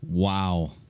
Wow